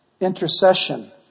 intercession